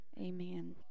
Amen